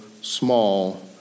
small